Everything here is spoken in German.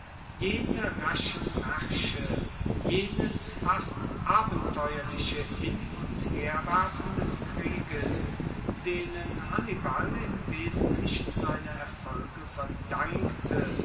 jene raschen maersche jenes fast abenteuerliche hin und herwerfen des krieges denen hannibal im wesentlichen seine erfolge verdankte